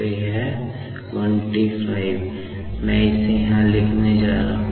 तो यह 15T मैं इसे यहां लिखने जा रहा हूं